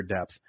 depth